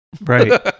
Right